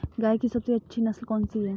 गाय की सबसे अच्छी नस्ल कौनसी है?